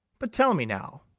but tell me now,